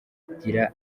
birangira